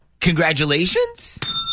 congratulations